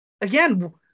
again